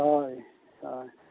ᱦᱳᱭ ᱦᱳᱭ